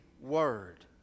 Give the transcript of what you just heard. word